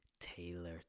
Taylor